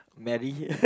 Mary